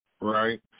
right